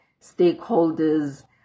stakeholders